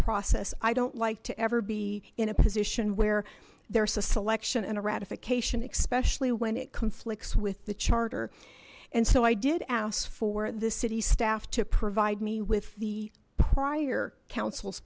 process i don't like to ever be in a position where there's a selection and a ratification especially when it conflicts with the charter and so i did ask for the city staff to provide me with the prior council